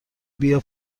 بیا